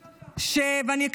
ואני,